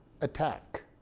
attack